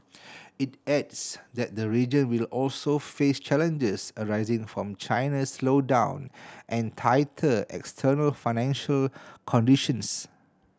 it adds that the region will also face challenges arising from China's slowdown and tighter external financing conditions